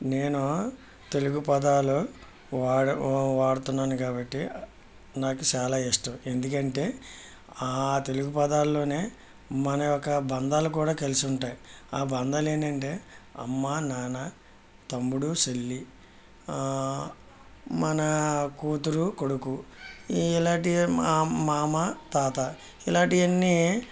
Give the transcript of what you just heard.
నేను తెలుగు పదాలు వాడ వాడుతున్నాను కాబట్టి నాకు చాలా ఇష్టం ఎందుకంటే ఆ తెలుగు పదాల్లోనే మన యొక్క బంధాలు కూడా కలిసి ఉంటాయి ఆ బంధాలు ఏంటంటే అమ్మ నాన్న తమ్ముడు చెల్లి మన కూతురు కొడుకు ఇలాంటి మామ తాత ఇలాంటివన్నీ